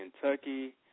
Kentucky